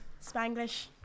Spanglish